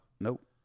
Nope